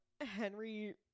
Henry